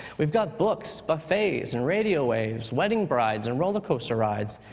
we've got books, buffets and radio waves, wedding brides and rollercoaster rides.